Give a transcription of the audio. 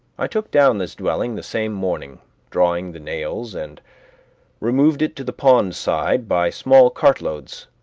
i took down this dwelling the same morning, drawing the nails, and removed it to the pond-side by small cartloads,